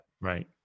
right